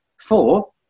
Four